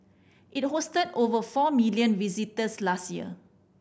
it hosted over four million visitors last year